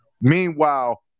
Meanwhile